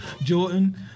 Jordan